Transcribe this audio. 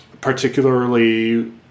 particularly